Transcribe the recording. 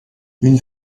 une